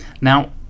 now